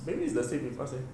maybe it's the same with us eh